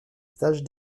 stages